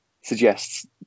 suggests